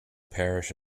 parish